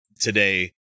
today